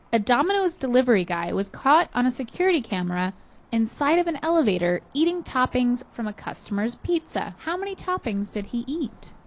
a domino's delivery guy was caught on a security camera in sight of an elevator eating toppings from a customer's pizza. how many toppings did he eat?